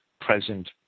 present